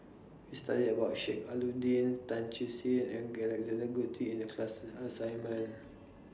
We studied about Sheik Alau'ddin Tan Siew Sin and Alexander Guthrie in The class assignment